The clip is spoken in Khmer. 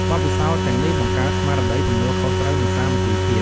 បទពិសោធន៍ទាំងនេះបង្កើតស្មារតីទំនួលខុសត្រូវ និងសាមគ្គីភាព។